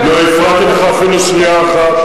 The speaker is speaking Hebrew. לא הפרעתי לך אפילו שנייה אחת.